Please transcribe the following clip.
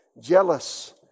jealous